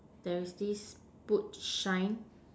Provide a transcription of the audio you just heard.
there is this boot shine